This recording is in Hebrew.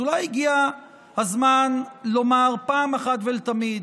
אז אולי הגיע הזמן לומר פעם אחת ולתמיד: